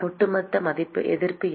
ஒட்டுமொத்த எதிர்ப்பு என்ன